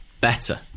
better